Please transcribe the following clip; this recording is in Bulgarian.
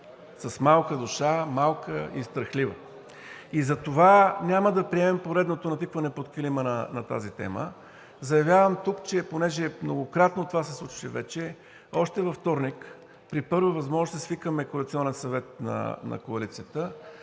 с малка душа, малка и страхлива, и затова няма да приемем поредното натикване под килима на тази тема. Заявявам тук, понеже това многократно се случваше, още във вторник, при първа възможност ще свикаме коалиционния съвет на коалицията